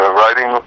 writing